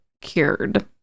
cured